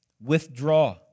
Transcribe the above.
Withdraw